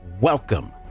welcome